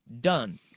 done